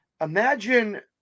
imagine